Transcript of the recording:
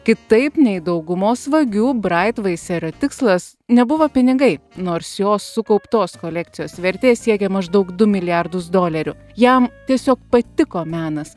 kitaip nei daugumos vagių braitvaiserio tikslas nebuvo pinigai nors jo sukauptos kolekcijos vertė siekia maždaug du milijardus dolerių jam tiesiog patiko menas